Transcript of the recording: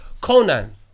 Conan